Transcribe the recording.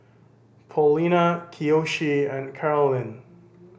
Paulina Kiyoshi and Karolyn